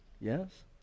Yes